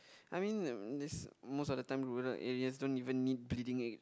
I mean this most of the time rural areas don't even need bleeding